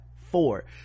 four